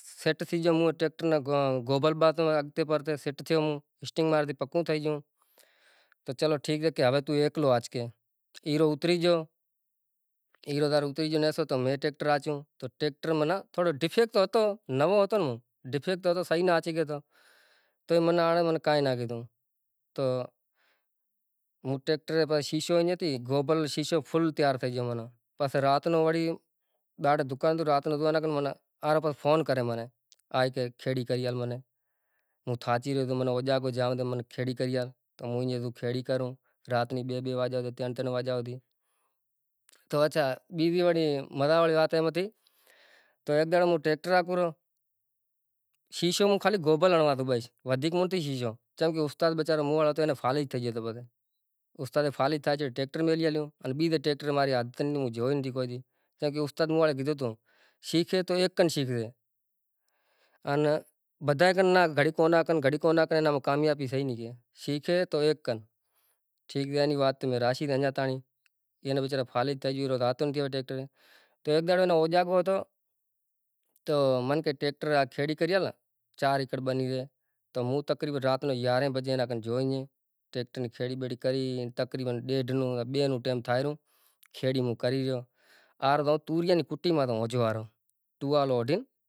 سیٹ تھئی جیو موں ٹیکٹر نو گوبل باتھے ہگتے پھرتے سیٹ تھیو موں سٹینگ مارا تھی پکوُ تھئی گیوں۔ تو چلو ٹھیک سے کے ہوے توُ ایکلو آچ کے۔ ایرو اتری گیو ایرو جیارے اتری گیو تو مے ٹریکٹر آچیوں۔ تو ٹیکٹر معنی ڈفیکٹ تو ہتو نوو ہتو نا موں ڈفیکٹ تو ہتو صیح نو آچی گیو تو بی آ اے منے کائیں نا کدھوں۔ تو موں ٹیکٹر پاسے شیشو ایاں تھی کوبل نے شیشو فُل تیار تھئی گیو معنی ۔ پسی رات نو وڑی ڈاڑھے دکان تو رات نا آنا کن معنی آنا پاس فون کرے منے آئے کے کھیڑی کئی ہل منے۔ ہوں تھاچی ریو تو منے او جاگو جاوں تو منے کھیڑی کریا تو موں کے منے کھیڑی کرو رات نی بے بے واجے تن تن واجا ہودی تو اچھا بیجی اولی مجا واڑی وات ایم ہتی تو ایک دان موں ٹیکٹر آکوں رو۔ شیشو ہوں گوبل ہنڑوا تو بئیش ودھیک کون تو ھئے شیشو چیم کے استا موں واڑو ہتو اینے فالج تھئی گیو تو ۔ استاد نے فالج تھئی گیو تو ہل ٹیکٹر میلیا لوں۔ ہل بی ت بی کے ٹیکٹر عادت نتھی موں جوئی نتھی کوئی دی کاں کے استاد موں واڑے کدھو توُ شیکھے تو ایک کن شیکھشے انے بدھائی کن نا گھڑیک اونا کے گھڑیک اونا کے کے آما کامیابی صیح نی سے۔ شیکھشے تو ایک کن۔ ٹھیک شے اینی وات تو میں راشی انیا تانڑی ای اینا بچارا نے فالج تھئی گیو تو ہلاوتو نتھی ٹریکٹر نے تو ایک ڈاڑھ اینو او جاگوو ہتو تو منے کے ٹیکٹر آ کھیڑی کریا کر چار ایکڑ بنی تے تو موں تقریباّّ گیارے بجے اینا کن جوئیں ٹیکٹر نی کھیڑی بیڑی کری نے تقریباّّ ڈیڈھ نوُ بے نوُ ٹائم تھائے روں کھیڑی موں کری ریو۔ آر کئو توریا نی کٹی مان ای ہوجوں ہاروں۔ ٹووال اوڈھی۔